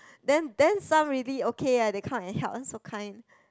then then some really okay ah they come and help so kind